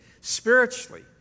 spiritually